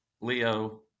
Leo